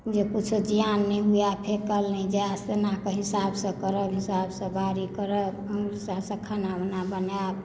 जे कुछो जियान नहि हुये फेकल नहि जाय तेना कऽ हिसाबसँ करब हिसाबसँ करब खाना बनायब